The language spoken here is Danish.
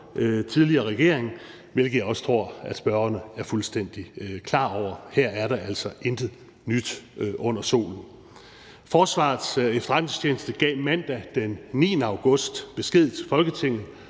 tidligere regering, hvilket jeg også tror spørgerne er fuldstændig klar over. Her er der altså intet nyt under solen. Forsvarets Efterretningstjeneste gav mandag den 9. august besked til Folketinget